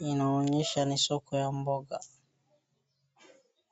Inaonyesha ni soko ya mboga.